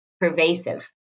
pervasive